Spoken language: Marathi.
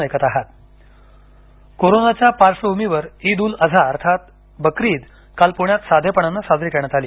लाईव्ह नमाज कोरोनाच्या पार्श्वभूमीवर ईद ऊल अजहा अर्थात बकरी ईद काल पूण्यात साधेपणानं साजरी करण्यात आली